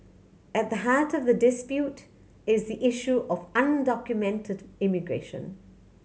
at the heart of the dispute is issue of undocumented immigration